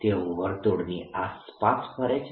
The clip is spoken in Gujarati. તેઓ વર્તુળની આસપાસની ફરે છે